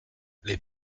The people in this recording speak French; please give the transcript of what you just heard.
les